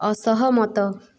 ଅସହମତ